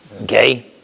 Okay